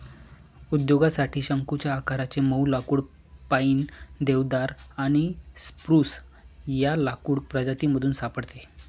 उद्योगासाठी शंकुच्या आकाराचे मऊ लाकुड पाईन, देवदार आणि स्प्रूस या लाकूड प्रजातीमधून सापडते